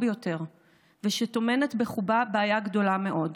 ביותר ושטומנת בחובה בעיה גדולה מאוד.